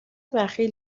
بخیل